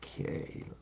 Okay